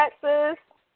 Texas